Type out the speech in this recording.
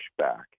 pushback